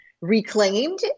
reclaimed